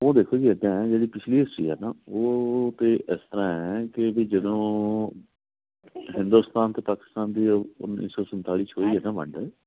ਉਹ ਦੇਖੋ ਜੀ ਇੱਦਾਂ ਜਿਹੜੀ ਪਿਛਲੀ ਹਿਸਟਰੀ ਹੈ ਨਾ ਉਹ ਤਾਂ ਇਸ ਤਰ੍ਹਾਂ ਹੈ ਕਿ ਵੀ ਜਦੋਂ ਹਿੰਦੁਸਤਾਨ ਅਤੇ ਪਾਕਿਸਤਾਨ ਦੀ ਉੱਨੀ ਸੌ ਸੰਤਾਲੀ 'ਚ ਹੋਈ ਨਾ ਵੰਡ